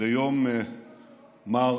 ביום מר